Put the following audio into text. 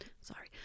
Sorry